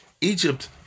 egypt